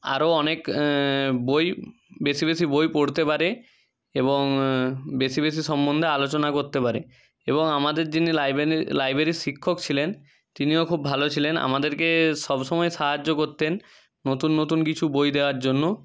আরও অনেক বই বেশি বেশি বই পড়তে পারে এবং বেশি বেশি সম্বন্ধে আলোচনা করতে পারে এবং আমাদের যিনি লাইব্ৰেরির শিক্ষক ছিলেন তিনিও খুব ভালো ছিলেন আমাদেরকে সব সময় সাহায্য করতেন নতুন নতুন কিছু বই দেওয়ার জন্য